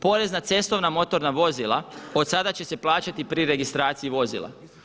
Porez na cestovna motorna vozila, od sada će se plaćati pri registraciji vozila.